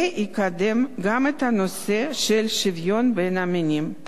זה יקדם גם את הנושא של שוויון בין המינים.